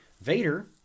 Vader